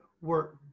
work